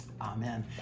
amen